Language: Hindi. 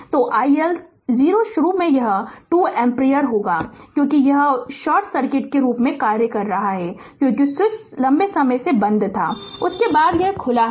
तो i L 0 शुरू में यह 2 एम्पीयर होगा क्योंकि यह शॉर्ट सर्किट के रूप में कार्य कर रहा है क्योंकि स्विच लंबे समय तक बंद था उसके बाद यह खुला था